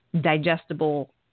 digestible